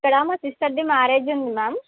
ఇక్కడ మా సిస్టర్ది మ్యారేజ్ ఉంది మ్యామ్